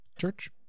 Church